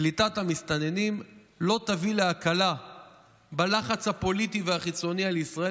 קליטת המסתננים לא תביא להקלה בלחץ הפוליטי והחיצוני על ישראל